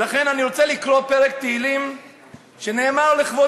ולכן אני רוצה לקרוא פרק תהילים שנאמר לכבוד